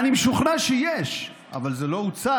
אני משוכנע שיש, אבל זה לא הוצג,